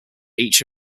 each